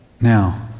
now